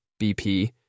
BP